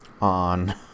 on